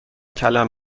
کلم